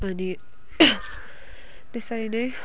अनि त्यसरी नै